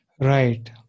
Right